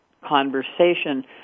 Conversation